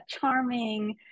charming